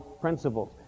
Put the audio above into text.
principles